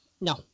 No